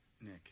Nick